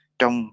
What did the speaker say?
trong